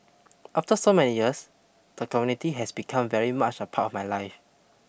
after so many years the community has become very much a part of my life